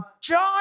John